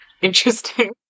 Interesting